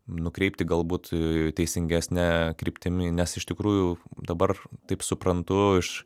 nukreipti galbūt teisingesne kryptimi nes iš tikrųjų dabar taip suprantu iš